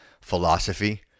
philosophy